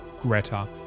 Greta